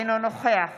אינו נוכח